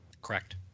Correct